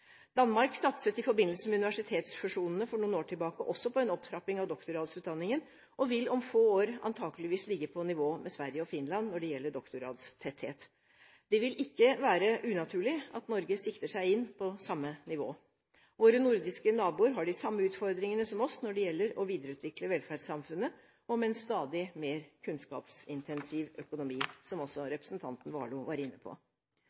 Danmark satset i forbindelse med universitetsfusjonene for noen år tilbake også på en opptrapping av doktorgradsutdanningen og vil om få år antakeligvis ligge på nivå med Sverige og Finland når det gjelder doktorgradstetthet. Det vil ikke være unaturlig at Norge sikter seg inn på samme nivå. Våre nordiske naboer har de samme utfordringene som oss når det gjelder å videreutvikle velferdssamfunnet, og med en stadig mer kunnskapsintensiv økonomi, som også representanten Warloe var inne på.